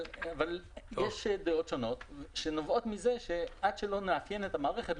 אבל יש דעות שונות שנובעות מזה שעד שלא נאפיין את המערכת,